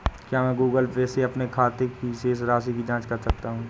क्या मैं Google Pay से अपने खाते की शेष राशि की जाँच कर सकता हूँ?